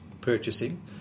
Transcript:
purchasing